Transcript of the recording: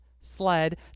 sled